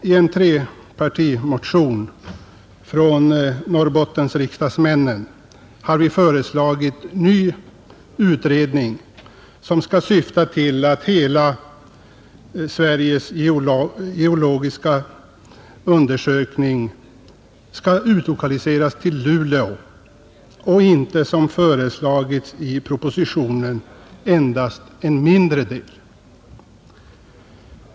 I en trepartimotion från Norrbottens riksdagsmän har föreslagits en ny utredning, syftande till att hela SGU skall utlokaliseras till Luleå och inte, som föreslagits i propositionen, endast en mindre del.